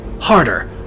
harder